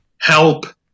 help